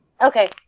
Okay